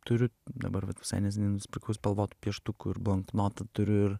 turiu dabar va visai neseniai nusipirkau spalvotų pieštukų ir blanknotų turiu ir